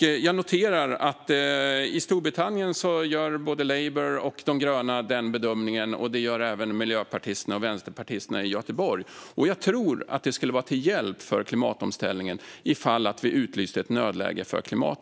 Jag noterar att i Storbritannien gör både Labour och de gröna den bedömningen, och det gör även miljöpartisterna och vänsterpartisterna i Göteborg. Jag tror att det skulle vara till hjälp för klimatomställningen om vi utlyste ett nödläge för klimatet.